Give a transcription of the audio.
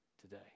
today